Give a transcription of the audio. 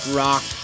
rock